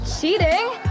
cheating